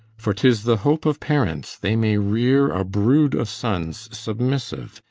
for tis the hope of parents they may rear a brood of sons submissive,